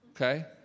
okay